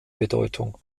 bedeutung